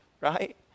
right